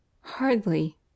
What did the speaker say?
Hardly